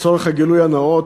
לצורך הגילוי הנאות,